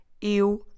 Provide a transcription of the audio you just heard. eu